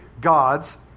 God's